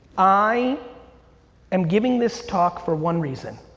i am giving this talk for one reason.